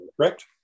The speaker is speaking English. correct